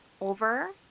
over